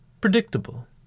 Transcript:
predictable